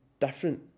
different